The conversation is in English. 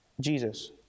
Jesus